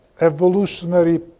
evolutionary